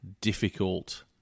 difficult